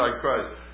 Christ